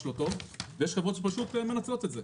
לא טוב ויש חברות שפשוט מנצלות את זה.